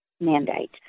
mandate